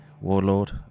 warlord